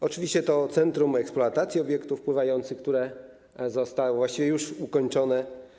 Oczywiście to centrum eksploatacji obiektów pływających, które zostały właściwie już ukończone.